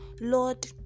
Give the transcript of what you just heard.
lord